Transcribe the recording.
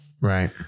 Right